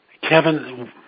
Kevin